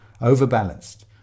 overbalanced